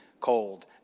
cold